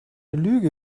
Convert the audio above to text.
lüge